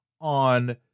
on